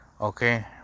Okay